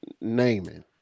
naming